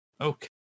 Okay